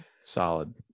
solid